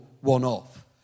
one-off